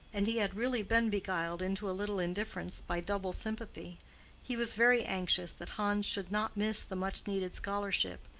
and he had really been beguiled into a little indifference by double sympathy he was very anxious that hans should not miss the much-needed scholarship,